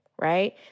Right